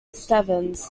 stevens